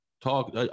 talk